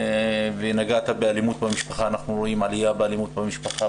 ונגעת באלימות במשפחה - אנחנו רואים עלייה באלימות במשפחה,